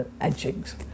edgings